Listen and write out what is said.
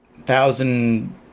thousand